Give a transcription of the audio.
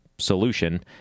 solution